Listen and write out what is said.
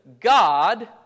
God